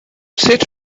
sut